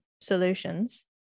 solutions